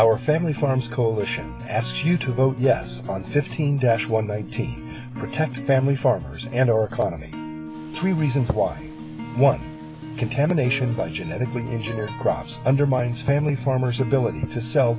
our family farms coalition asks you to vote yes on fifteen desh one day to protect family farmers and our economy three reasons why one contamination by genetically engineered crops undermines family farmers ability to sell